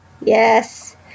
Yes